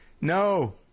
No